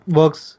works